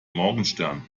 morgenstern